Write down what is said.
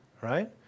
right